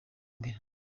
imbere